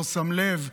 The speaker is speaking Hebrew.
לא שם לב,